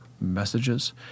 messages